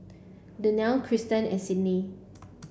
Daniele Cristen and Sidney